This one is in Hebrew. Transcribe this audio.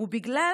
ובגלל